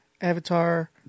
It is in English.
Avatar